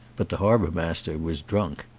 but the harbour-master was drunk.